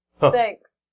Thanks